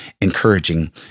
encouraging